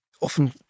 often